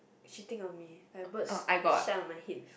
chipping on me my birch stand on my head